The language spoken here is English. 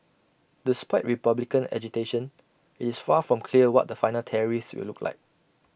despite republican agitation IT is far from clear what the final tariffs will look like